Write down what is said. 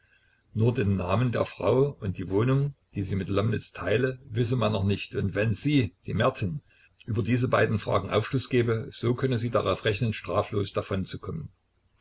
nur den namen der frau und die wohnung die sie mit lomnitz teile wisse man noch nicht und wenn sie die merten über diese beiden fragen aufschluß gebe so könne sie darauf rechnen straflos